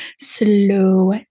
Slow